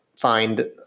find